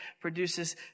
produces